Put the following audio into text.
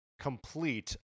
complete